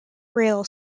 rail